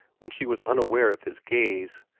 when she was unaware of his gaze,